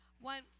One